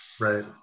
Right